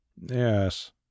Yes